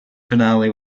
finale